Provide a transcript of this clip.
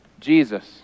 Jesus